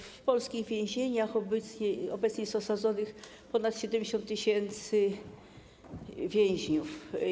W polskich więzieniach obecnie jest osadzonych ponad 70 tys. więźniów.